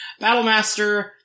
Battlemaster